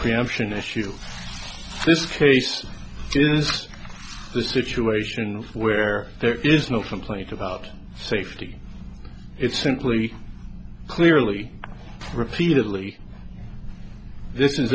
preemption issue this case is the situation where there is no complaint about safety it's simply clearly repeatedly